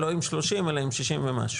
לא עם 30 אלא עם 60 ומשהו.